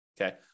okay